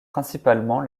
principalement